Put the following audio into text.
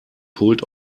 pult